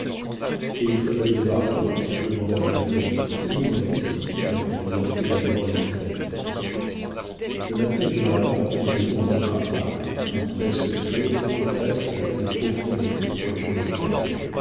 et il faudrait le débarquer demanda le matelot oui mon ami répondit imprudemment le notaire le matelot est généralement en tout pays un être à part qui presque toujours professe le plus profond mépris pour les gens de terre